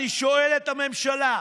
אני שואל את הממשלה: